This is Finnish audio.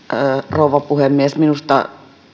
rouva puhemies minusta